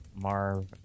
Marv